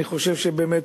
אני חושב שבאמת,